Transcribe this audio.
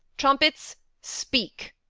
trumpets, speak!